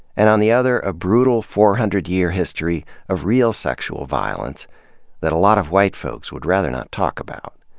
and on the other, a brutal four hundred year history of real sexual violence that a lot of white folks would rather not talk about.